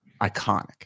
iconic